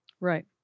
Right